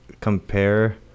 Compare